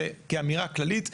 זה כאמירה כללית.